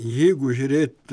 jeigu žiūrėt